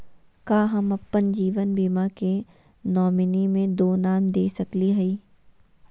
का हम अप्पन जीवन बीमा के नॉमिनी में दो नाम दे सकली हई?